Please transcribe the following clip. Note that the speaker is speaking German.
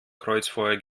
kreuzfeuer